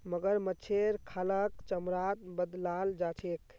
मगरमच्छेर खालक चमड़ात बदलाल जा छेक